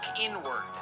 inward